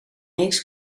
reeks